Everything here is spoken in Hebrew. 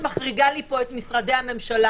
אתה סתם פוגע --- כי אני רוצה --- אני מבין מה אתה רוצה.